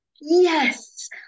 yes